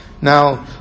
Now